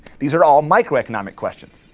these are all microeconomic questions.